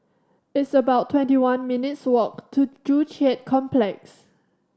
it's about twenty one minutes' walk to Joo Chiat Complex